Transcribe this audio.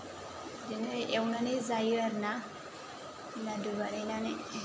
बिदिनो एवनानै जायो आरोना लादु बानायनानै